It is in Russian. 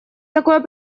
такое